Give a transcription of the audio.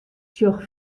sjoch